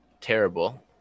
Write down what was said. terrible